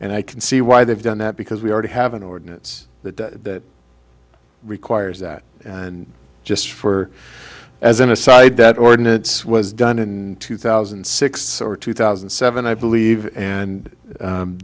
and i can see why they've done that because we already have an ordinance that requires that and just for as an aside that ordinance was done in two thousand and six or two thousand and seven i believe and